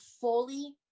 fully